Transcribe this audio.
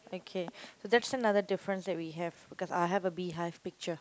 okay so that's another difference that we have because I have a beehive picture